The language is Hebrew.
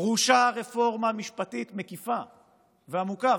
דרושה רפורמה משפטית מקיפה ועמוקה,